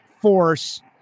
Force